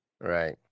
Right